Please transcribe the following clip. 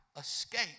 escape